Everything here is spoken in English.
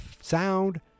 sound